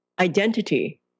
identity